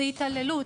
זו התעללות.